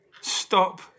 Stop